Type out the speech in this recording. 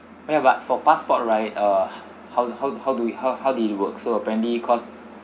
ya but for passport right uh how how how do you how how do they work so apparently cause